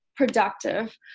productive